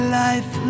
life